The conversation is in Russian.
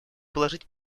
положить